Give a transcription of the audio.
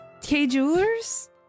K-Jewelers